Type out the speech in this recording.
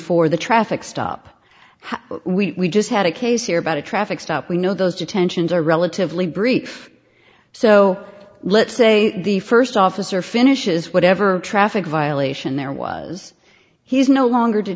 the traffic stop we just had a case here about a traffic stop we know those detentions are relatively brief so let's say the st officer finishes whatever traffic violation there was he's no longer to